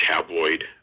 tabloid